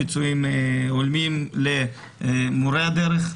פיצויים הולמים למורי הדרך,